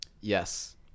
Yes